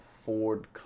Ford